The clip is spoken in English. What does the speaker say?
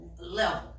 level